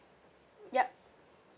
yup